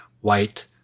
white